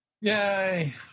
yay